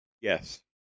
Yes